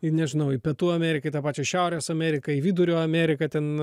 į nežinau į pietų ameriką į tą pačią šiaurės ameriką į vidurio ameriką ten